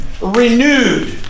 renewed